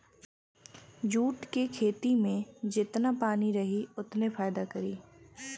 jute के खेती में जेतना पानी रही ओतने फायदा करी